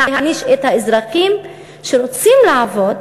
להעניש את האזרחים שרוצים לעבוד,